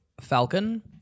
Falcon